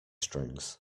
strings